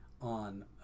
on